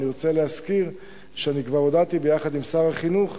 אני רוצה להזכיר שכבר הודעתי, ביחד עם שר החינוך,